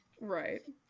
Right